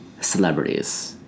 celebrities